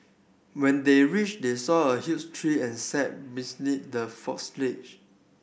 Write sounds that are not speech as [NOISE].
when they reached they saw a huge tree and sat [UNINTELLIGIBLE] the [UNINTELLIGIBLE]